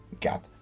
got